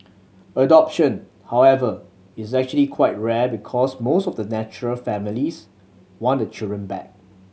adoption however is actually quite rare because most of the natural families want the children back